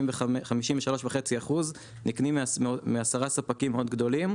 53.5% נקנים מ-10 ספקים מאוד גדולים,